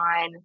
on